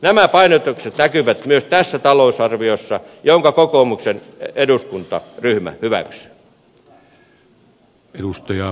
nämä painotukset näkyvät myös tässä talousarviossa jonka kokoomuksen eduskuntaryhmä hyväksyy